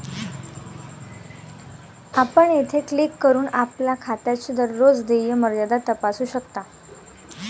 आपण येथे क्लिक करून आपल्या खात्याची दररोज देय मर्यादा तपासू शकता